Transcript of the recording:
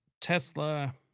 Tesla